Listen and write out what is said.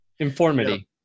informity